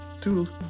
Toodles